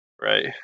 right